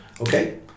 Okay